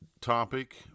topic